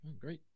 Great